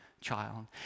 child